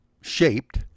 shaped